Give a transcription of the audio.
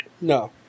No